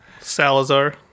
Salazar